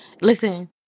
Listen